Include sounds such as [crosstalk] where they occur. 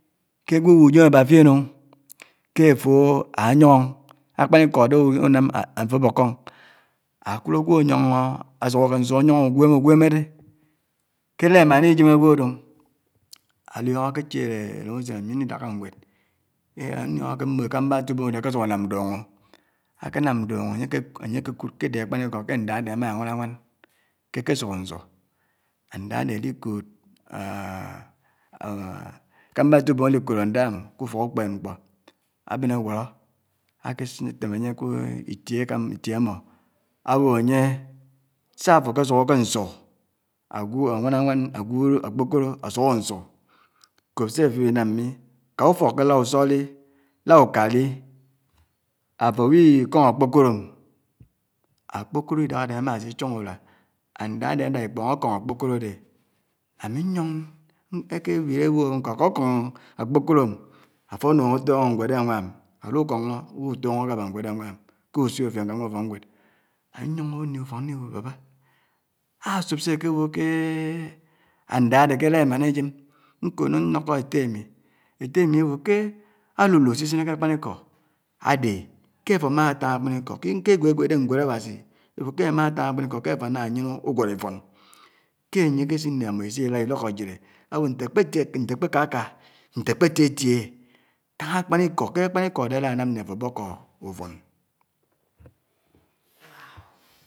. ké ágwò lu nyèm áhá fién ó, ké áfò anyòng ò, ákpánikó ádè unám áfo ábokò. Ákud ágwò ányóng, ásuhòkè nsu ányong ugwèmè ugwèmè dè ké énà émáná áyém ágwò ádé o. Aliòngò ákè chièlè èdém usèn ámi ndi dáká nwèd nliòngòké mbò ké èkàmba étubòm ádé akésuk ánám ndungò, àkè nàm ndungò ányé aké kud ké ádé ákpánikò kè nda áde ámà nwáná áwàn, ké áké suhó nsu ándá ádé ádé kód [hesitation] éxámbá étubóm ádi kód ándá m K’uto ukpèb. mkpó ábèn águwóró, áké sin, átém ánye kè [hesitation] itie ékàm, itiè ámò ábo ányè siá áfó áké suhòkè nsu, ágwud, áwáná áwán, ágwud ákpòkòrò, asuhò nsu kòp sè àdi nám mi. ká ufók kè la usó di, la uká di, áfò bi kóng ákpokóró Ákponòrò idànàdè ámàsi sòng uruá, ándá áde ádá ikòng akòng ákpókóró ádè, ámi nyóng [unintelligible] nkó akókóng ákpókóró áfo ánuk átóngo nwèd ánnám, álu Kóngó. ulu tóngóké nwéd ánwá m udusiò fién kè ánwá ufòk nwèd an'yòng ndi ufòk ndi bò baba ásop sè áké bò kè ándá ádé kè èná emáná iyèm, nkòhnò ndókó ètté ámi, ètté ámi ábò kè àlulu si sinè kè ákpánikò ádè kè áfó ámátáng ákpánikò kè àfò ànà nyènè wòñfun, ké ényé èké sin imò isi dád idòkò yide ábò nté ákpetiè nté àkpe kàkà, nté akpè tiè tiè táng ákpánikó, ke ákpánikó ádé ádá nám ná áfó ábòkhò k’ufun.